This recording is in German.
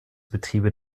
betriebe